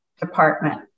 Department